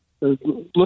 look